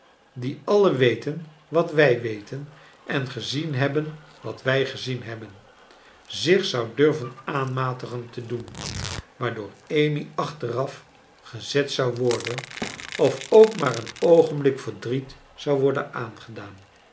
die alien wet en wat wij weten en gezien hebben wat wij gezien hebben zich zou durven aaninatigen te doen waardoor amy achteraf gezet zou worden of ook maar een oogenblik verdriet zou worden aangedaan